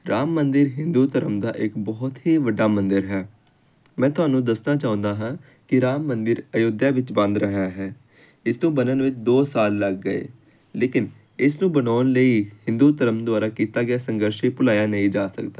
ਰਾਮ ਮੰਦਰ ਹਿੰਦੂ ਧਰਮ ਦਾ ਇੱਕ ਬਹੁਤ ਹੀ ਵੱਡਾ ਮੰਦਰ ਹੈ ਮੈਂ ਤੁਹਾਨੂੰ ਦੱਸਣਾ ਚਾਹੁੰਦਾ ਹਾਂ ਕਿ ਰਾਮ ਮੰਦਰ ਅਯੋਧਿਆ ਵਿੱਚ ਬਣ ਰਿਹਾ ਹੈ ਇਸ ਤੋਂ ਬਣਨ ਵਿੱਚ ਦੋ ਸਾਲ ਲੱਗ ਗਏ ਲੇਕਿਨ ਇਸ ਨੂੰ ਬਣਾਉਣ ਲਈ ਹਿੰਦੂ ਧਰਮ ਦੁਆਰਾ ਕੀਤਾ ਗਿਆ ਸੰਘਰਸ਼ ਇਹ ਭੁਲਾਇਆ ਨਹੀਂ ਜਾ ਸਕਦਾ